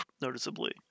noticeably